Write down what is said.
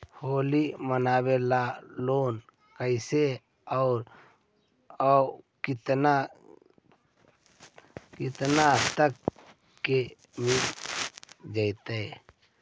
होली मनाबे ल लोन कैसे औ केतना तक के मिल जैतै?